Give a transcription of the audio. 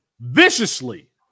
viciously